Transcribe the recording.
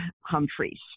Humphreys